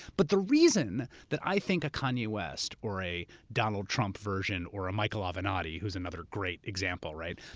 but the reason that i think a kanye west or a donald trump version or a michael avenatti who's another great example, right?